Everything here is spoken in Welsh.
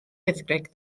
wyddgrug